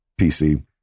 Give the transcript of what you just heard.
PC